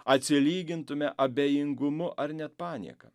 atsilygintume abejingumu ar net panieka